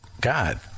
God